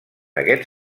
aquest